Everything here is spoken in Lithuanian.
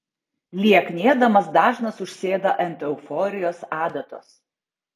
lieknėdamas dažnas užsėda ant euforijos adatos